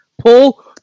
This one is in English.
Pull